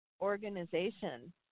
organization